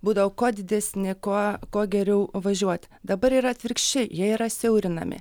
būdavo kuo didesni kuo kuo geriau važiuot dabar yra atvirkščiai jie yra siaurinami